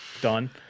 done